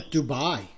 Dubai